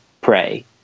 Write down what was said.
pray